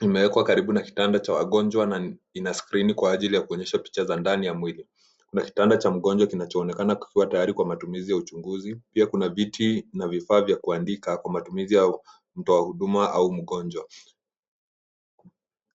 imewekwa karibu na kitanda cha wagonjwa na ina skrini kwa ajili ya kuonyesha picha za ndani ya mwili. Kuna kitanda cha mgonjwa kinachoonekana kikiwa tayari kwa matumizi ya uchunguzi. Pia kuna viti na vifaa vya kuandika kwa matumizi ya mtu wa huduma au mgonjwa.